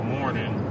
morning